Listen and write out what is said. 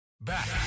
Back